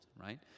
right